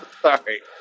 Sorry